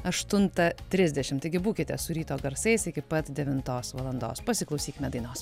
aštuntą trisdešimt taigi būkite su ryto garsais iki pat devintos valandos pasiklausykime dainos